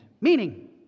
Meaning